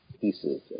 pieces